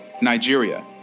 Nigeria